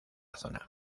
zona